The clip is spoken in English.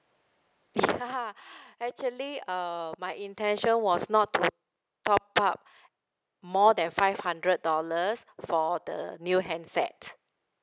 ya actually uh my intention was not to top up more than five hundred dollars for the the new handset